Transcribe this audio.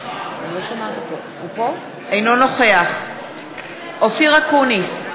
אינו נוכח אופיר אקוניס,